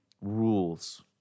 rules